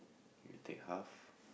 you take half